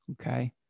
Okay